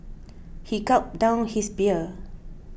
he gulped down his beer